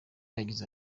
yagize